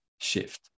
shift